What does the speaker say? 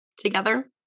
together